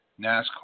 NASCAR